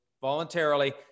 voluntarily